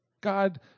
God